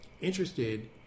interested